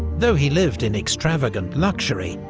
though he lived in extravagant luxury,